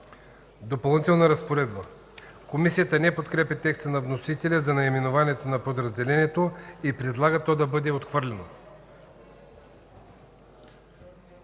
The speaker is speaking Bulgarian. „Допълнителна разпоредба”. Комисията не подкрепя текста на вносителя за наименованието на подразделението и предлага то да бъде отхвърлено.